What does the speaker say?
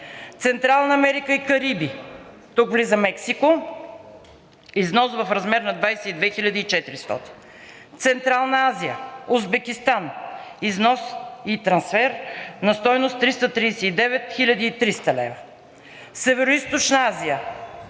Централна Америка и Кариби – тук влиза Мексико – износ в размер на 22 хил. и 400 лв. Централна Азия, Узбекистан – износ и трансфер на стойност 339 хил. и 300 лв. Североизточна Азия